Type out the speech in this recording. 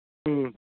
ꯎꯝ